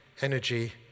energy